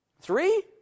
Three